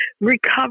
recover